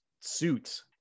suit